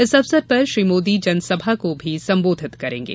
इस अवसर पर श्री मोदी जनसभा को भी संबोधित करेंगे